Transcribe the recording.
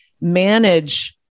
manage